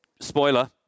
Spoiler